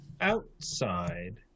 outside